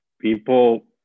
people